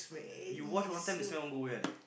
you wash one time the smell won't go away [one] eh